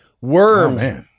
Worms